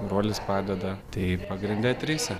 brolis padeda tai pagrinde trise